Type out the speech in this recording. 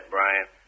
Brian